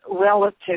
relative